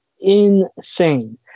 insane